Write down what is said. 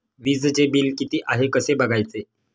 वीजचे बिल किती आहे कसे बघायचे?